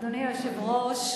אדוני היושב-ראש,